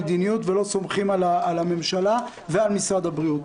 המדיניות ולא סומכים על הממשלה ועל משרד הבריאות.